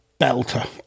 belter